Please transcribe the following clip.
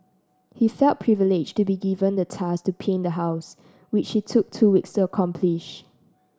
he felt privileged to be given the task to paint the house which he took two weeks to accomplish